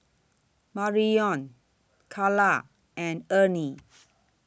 Marrion Karla and Ernie